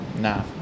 Nah